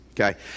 Okay